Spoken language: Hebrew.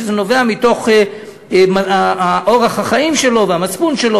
וזה נובע מאורח החיים שלו ומהמצפון שלו